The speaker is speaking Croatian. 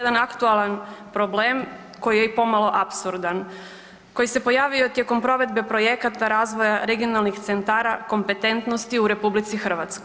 aktualan problem koji je pomalo i apsurdan koji se pojavio tijekom provedbe projekata Razvoja regionalnih centara kompetentnosti u RH.